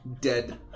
dead